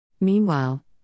Meanwhile